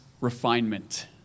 refinement